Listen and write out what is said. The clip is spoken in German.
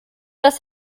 das